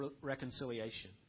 reconciliation